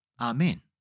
Amen